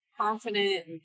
confident